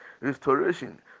Restoration